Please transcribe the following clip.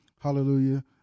hallelujah